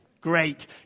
Great